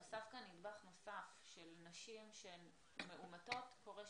נוסף כאן נדבך נוסף של נשים שהן מאומתות קורונה.